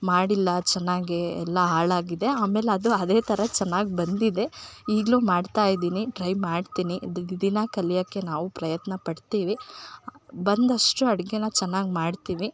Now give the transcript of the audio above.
ಮಾಡಿಲ್ಲ ಚೆನ್ನಾಗೆ ಎಲ್ಲ ಹಾಳಾಗಿದೆ ಆಮೇಲೆ ಅದು ಅದೇ ಥರ ಚೆನ್ನಾಗ್ ಬಂದಿದೆ ಈಗಲೂ ಮಾಡ್ತಾಯಿದೀನಿ ಟ್ರೈ ಮಾಡ್ತೀನಿ ದಿಗ್ ದಿನ ಕಲಿಯೋಕೆ ನಾವು ಪ್ರಯತ್ನ ಪಡ್ತೀವಿ ಬಂದಷ್ಟು ಅಡ್ಗೆ ಚೆನ್ನಾಗ್ ಮಾಡ್ತೀನಿ